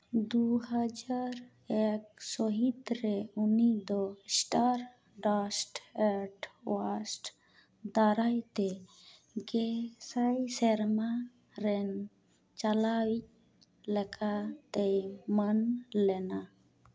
ᱫᱩ ᱦᱟᱡᱟᱨ ᱮᱠ ᱥᱟᱹᱦᱤᱛ ᱨᱮ ᱩᱱᱤ ᱫᱚ ᱥᱴᱟᱨᱰᱟᱥᱴ ᱮᱰᱚᱣᱟᱨᱰᱥ ᱫᱟᱨᱟᱭᱛᱮ ᱜᱮᱥᱟᱭ ᱥᱮᱨᱢᱟ ᱨᱮᱱ ᱪᱟᱞᱟᱣᱤᱡ ᱞᱮᱠᱟᱛᱮᱭ ᱢᱟᱹᱱ ᱞᱮᱱᱟ